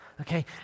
Okay